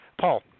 Paul